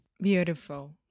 Beautiful